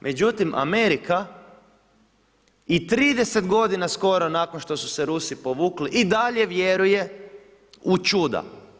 Međutim, Amerika i 30 godina skori nakon što su se Rusi povukli i dalje vjeruje u čuda.